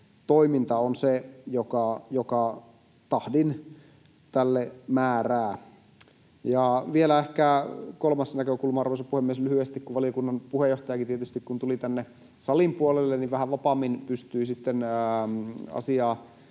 toiminta on se, joka tahdin tälle määrää. Vielä ehkä kolmas näkökulma, arvoisa puhemies, lyhyesti — kun valiokunnan puheenjohtajakin tuli tänne salin puolelle, niin tietysti vähän vapaammin pystyy sitten